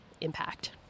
impact